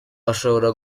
ashobora